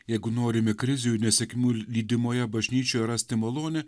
jeigu norime krizių ir nesėkmių lydimoje bažnyčioje rasti malonę